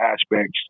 aspects